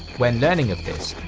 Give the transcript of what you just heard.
when learning of this,